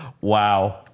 Wow